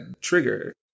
trigger